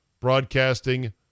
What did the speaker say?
broadcasting